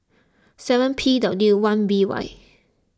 seven P W one B Y